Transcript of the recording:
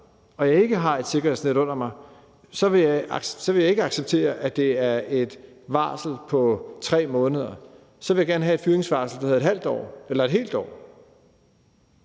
og jeg ikke har et sikkerhedsnet under mig, vil jeg ikke acceptere, at der er et varsel på 3 måneder, så vil jeg gerne have et fyringsvarsel, der hedder et halvt år eller et helt år.